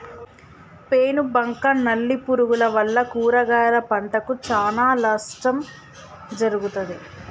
పేను బంక నల్లి పురుగుల వల్ల కూరగాయల పంటకు చానా నష్టం జరుగుతది